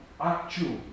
actual